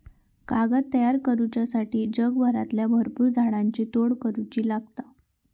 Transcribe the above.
कागद तयार करुच्यासाठी जगभरातल्या भरपुर झाडांची तोड करुची लागता